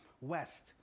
west